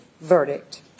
verdict